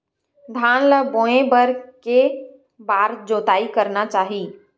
धान ल बोए बर के बार जोताई करना चाही?